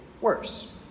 worse